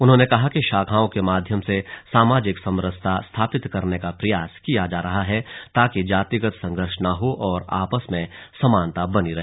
उन्होंने कहा कि शाखाओं के माध्यम से सामाजिक समरसता स्थापित करने का प्रयास किया जा रहा है ताकि जातिगत संघर्ष न हो और आपस में समानता बनी रहे